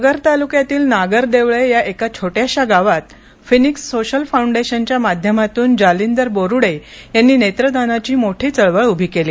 नगर तालुक्यातील नागरदेवळे या एका छोट्याश्या गावात फिनिक्स सोशल फाऊंडेशनच्या माध्यमातून जालिंदर बोरुडे यांनी हे नेत्रदानाची ही चळवळ उभी केली